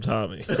Tommy